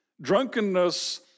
Drunkenness